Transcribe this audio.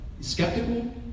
skeptical